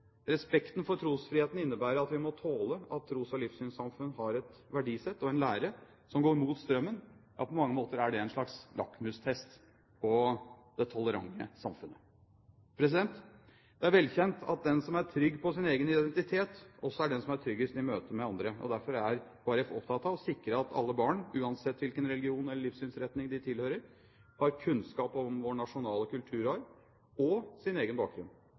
Respekten for trosfriheten innebærer at vi må tåle at tros- og livssynssamfunn har et verdisett og en lære som går mot strømmen. På mange måter er det en slags lakmustest på det tolerante samfunnet. Det er velkjent at den som er trygg på sin egen identitet, også er den som er tryggest i møtet med andre. Derfor er Kristelig Folkeparti opptatt av å sikre at alle barn, uansett hvilken religion eller livssynsretning de tilhører, har kunnskap om vår nasjonale kulturarv og om sin egen bakgrunn.